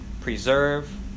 preserve